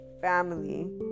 family